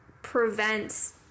prevents